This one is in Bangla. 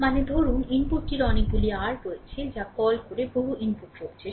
মানে ধরুন ইনপুটটির অনেকগুলি r রয়েছে যা কল করে বহু ইনপুট রয়েছে